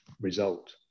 result